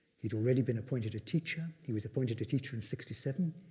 he'd already been appointed a teacher, he was appointed a teacher in sixty seven,